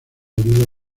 ayuda